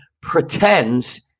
pretends